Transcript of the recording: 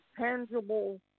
tangible